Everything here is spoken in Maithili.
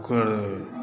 ओकर